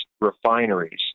refineries